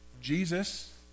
Jesus